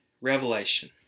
revelation